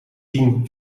tien